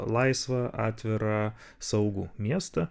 laisvą atvirą saugų miestą